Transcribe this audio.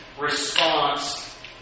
response